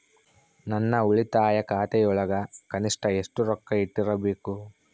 ನನ್ನ ಉಳಿತಾಯ ಖಾತೆಯೊಳಗ ಕನಿಷ್ಟ ಎಷ್ಟು ರೊಕ್ಕ ಇಟ್ಟಿರಬೇಕು?